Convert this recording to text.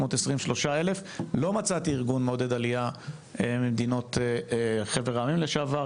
623,000. לא מצאתי ארגון מעודד עלייה ממדינות חבר העמים לשעבר,